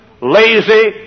lazy